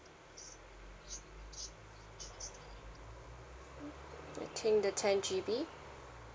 I think the ten G_B